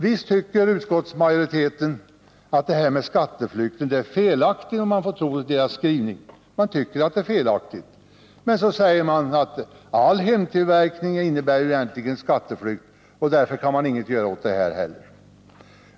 Visst tycker utskottsmajoriteten att det här med skatteflykten är felaktigt om vi får tro skrivningen, men så säger den att all hemtillverkning ju egentligen innebär skatteflykt och att man därför inte kan göra något åt detta heller.